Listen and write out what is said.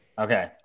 Okay